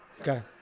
Okay